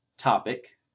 topic